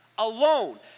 Alone